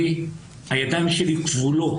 הידיים שלי כבולות.